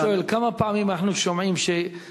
אני שואל: כמה פעמים אנחנו שומעים שקמים,